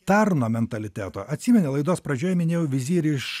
tarno mentaliteto atsimeni laidos pradžioje minėjau vizirį iš